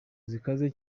zikaze